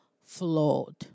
flawed